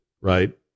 right